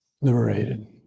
liberated